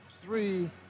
three